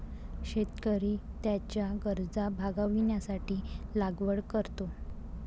शेतकरी त्याच्या गरजा भागविण्यासाठी लागवड करतो